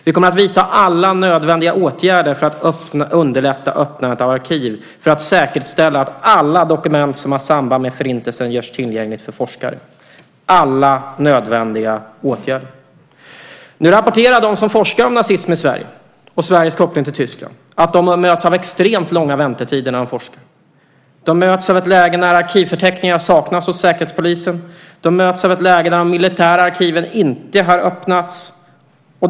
Vi kommer att vidta alla nödvändiga åtgärder för att underlätta öppnandet av arkiv för att säkerställa att alla dokument som har samband med Förintelsen görs tillgängliga för forskare. Man talar alltså om alla nödvändiga åtgärder. Nu rapporterar de som forskar om nazism i Sverige och Sveriges koppling till Tyskland att de möts av extremt långa väntetider när de forskar. De möts av att arkivförteckningar saknas hos Säkerhetspolisen, och de möts av att de militära arkiven inte har öppnats.